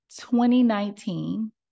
2019